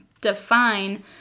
define